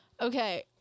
okay